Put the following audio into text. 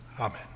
Amen